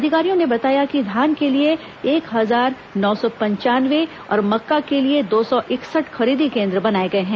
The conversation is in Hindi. अधिकारियों ने बताया कि धान के लिए एक हजार नौ सौ पंचानवे और मक्का के लिए दो सौ इकसठ खरीदी केंद्र बनाए गए हैं